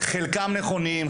חלקם נכונים,